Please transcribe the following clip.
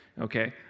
okay